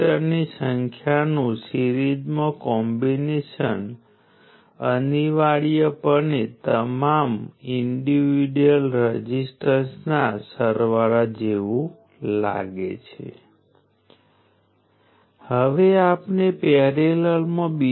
તમે કોઈપણ સમયના અંતરાલમાં રઝિસ્ટન્સ ઉપર ડીલીવર થતી એનર્જીને ધ્યાનમાં લો છો તેનાથી કોઈ ફરક પડતો નથી t1 થી t2 સુધી તે સમયના રેફરન્સમાં R I2 R dt અથવા t1 થી t2 V2 R હશે અને આ પણ દેખીતી રીતે હંમેશા શૂન્ય હોય છે કારણ કે પાવર હંમેશા શૂન્ય હોય છે